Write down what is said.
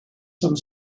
some